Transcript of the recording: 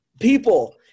people